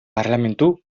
parlementu